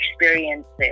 experiences